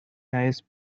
dice